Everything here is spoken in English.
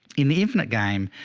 in even that game.